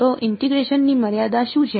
તો ઇન્ટીગ્રેશન ની મર્યાદા શું છે